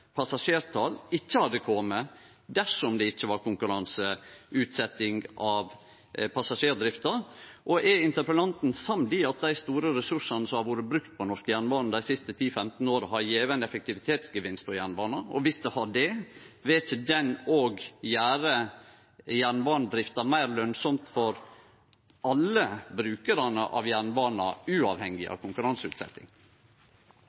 ikkje hadde kome dersom det ikkje var konkurranseutsetjing av passasjerdrifta. Er interpellanten samd i at dei store ressursane som har vore brukt på norsk jernbane dei siste 10–15 åra, har gjeve ein effektivitetsgevinst på jernbana? Og viss det har det, vil ikkje den òg gjere jernbanedrifta meir lønsam for alle brukarane av jernbana, uavhengig